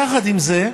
יחד עם זה,